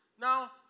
Now